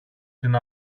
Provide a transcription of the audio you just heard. την